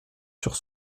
sur